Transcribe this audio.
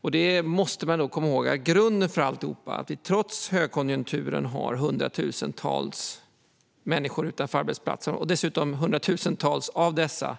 Man måste komma ihåg att grunden för allt är att vi trots högkonjunkturen har hundratusentals människor som står utan arbetsplatser,